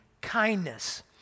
kindness